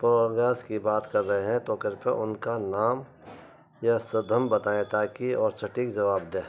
پروگس کی بات کر رہے ہیں تو کرپیا ان کا نام یا سدھم بتائیں تاکہ اور سٹیک جواب دیں